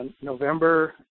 November